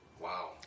Wow